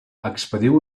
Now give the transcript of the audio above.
expediu